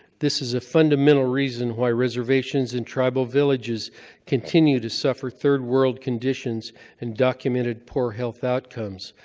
this is a fundamental reason why reservations and tribal villages continue to suffer third-world conditions and documented poor health outcomes.